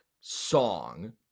song